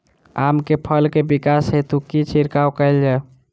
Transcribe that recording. आम केँ फल केँ विकास हेतु की छिड़काव कैल जाए?